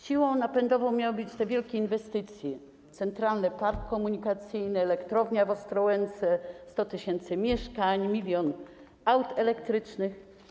Siłą napędową miały być te wielkie inwestycje: Centralny Port Komunikacyjny, elektrownia w Ostrołęce, 100 tys. mieszkań, milion aut elektrycznych.